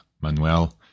Manuel